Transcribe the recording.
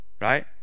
right